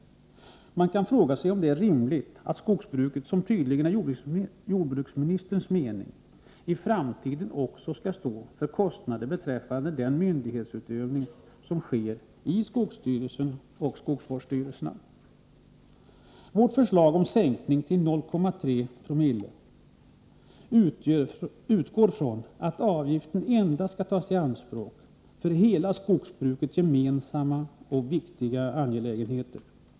Man kan fråga sig om det är rimligt att skogsbruket — vilket tydligen är jordbruksministerns mening — i framtiden också skall stå för kostnaderna för den myndighetsutövning som sker genom skogsstyrelsen och skogsvårdsstyrelserna. Vårt förslag på en sänkning från nuvarande uttag på 0,5 Zo till 0,3 Zo utgår ifrån att avgiften skall tas i anspråk endast för viktiga angelägenheter som är gemensamma för hela skogsbruket.